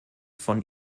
von